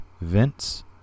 vince